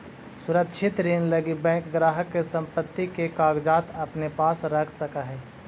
सुरक्षित ऋण लगी बैंक ग्राहक के संपत्ति के कागजात अपने पास रख सकऽ हइ